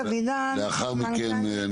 לאחר מכן,